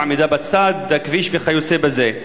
עמידה בצד הכביש וכיוצא בזה.